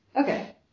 Okay